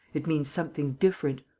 it means something different.